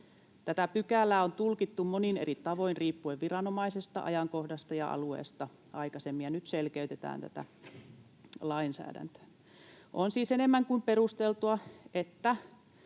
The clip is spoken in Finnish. Tätä pykälää on aikaisemmin tulkittu monin eri tavoin riippuen viranomaisesta, ajankohdasta ja alueesta, ja nyt selkeytetään tätä lainsäädäntöä. On siis enemmän kuin perusteltua, että